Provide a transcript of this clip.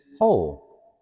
hole